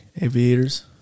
aviators